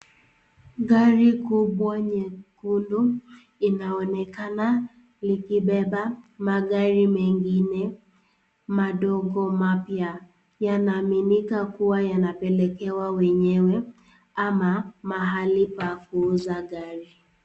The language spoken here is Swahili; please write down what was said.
Gari kubwa nyekundu inaonekana likibeba magari mengine madogo mapya. Yanaaminika kua yanapelekewa wenyewe ama mahali pa kuuza gari.